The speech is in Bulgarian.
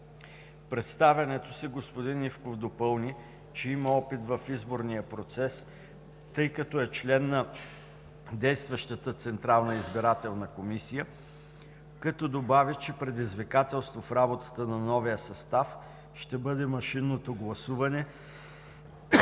представянето си господин Ивков допълни, че има опит в изборния процес, тъй като е член на действащата Централна избирателна комисия, като добави, че предизвикателство в работата на новия състав ще бъде машинното гласуване